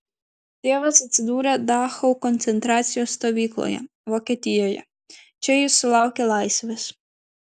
tėvas atsidūrė dachau koncentracijos stovykloje vokietijoje čia jis sulaukė laisvės